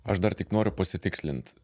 aš dar tik noriu pasitikslint